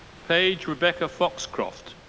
paige rebecca foxcroft.